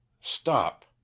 Stop